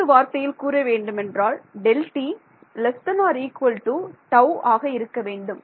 இன்னொரு வார்த்தையில் கூற வேண்டுமென்றால் Δt ≤ τ ஆக இருக்க வேண்டும்